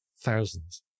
thousands